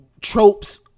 tropes